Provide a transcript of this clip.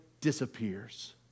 disappears